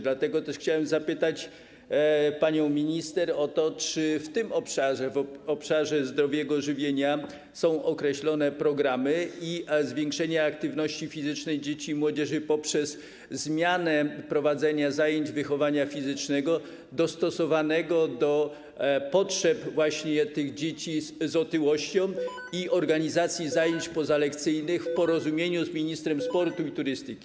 Dlatego też chciałem zapytać panią minister o to, czy w obszarze zdrowego żywienia są określone programy w zakresie zwiększenia aktywności fizycznej dzieci i młodzieży poprzez zmianę prowadzenia zajęć wychowania fizycznego dostosowanego do potrzeb właśnie dzieci z otyłością i organizacji zajęć pozalekcyjnych w porozumieniu z ministrem sportu i turystyki.